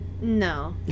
No